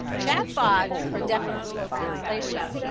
and chat bots are definitely translation,